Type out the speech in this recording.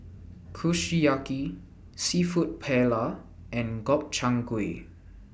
Kushiyaki Seafood Paella and Gobchang Gui